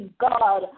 God